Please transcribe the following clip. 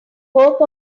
hope